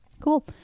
Cool